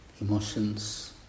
emotions